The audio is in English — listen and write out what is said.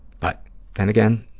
but then again,